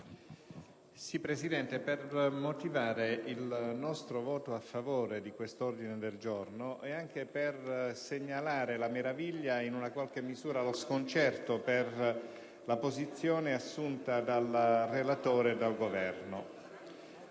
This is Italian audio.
intervengo per motivare il nostro voto a favore dell'ordine del giorno G27.101, ed anche per segnalare la meraviglia e, in qualche misura, lo sconcerto per la posizione assunta dal relatore e dal Governo.